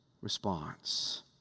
response